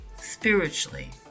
spiritually